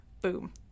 Boom